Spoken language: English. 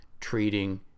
treating